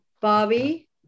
Bobby